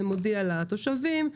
מודיע לתושבים,